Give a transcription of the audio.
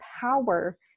power